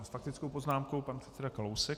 S faktickou poznámkou pan předseda Kalousek.